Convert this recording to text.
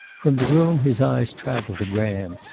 from the room his eyes traveled to graham,